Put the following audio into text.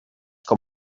com